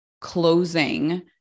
closing